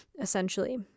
essentially